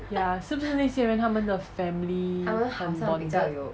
ya 是不是那些人他们的 family 很 bonded